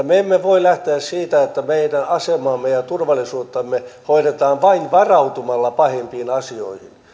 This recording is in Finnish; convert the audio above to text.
me emme voi lähteä siitä että meidän asemaamme ja ja turvallisuuttamme hoidetaan vain varautumalla pahimpiin asioihin